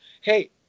Hey